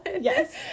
Yes